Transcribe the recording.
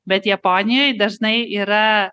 bet japonijoj dažnai yra